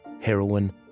heroin